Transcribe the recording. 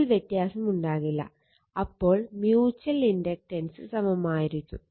ഇതിൽ വ്യത്യാസം ഉണ്ടാകില്ല അപ്പോൾ മ്യൂച്ചൽ ഇൻഡക്റ്റൻസ് സമമായിരിക്കും